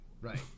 Right